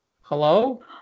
Hello